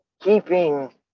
keeping